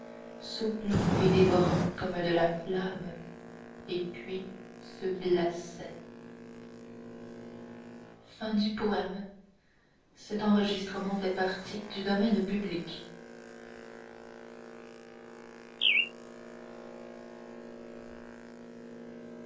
souple et dévorant comme de la flamme et puis se glaçait